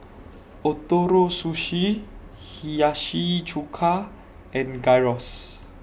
Ootoro Sushi Hiyashi Chuka and Gyros